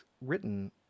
written